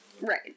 Right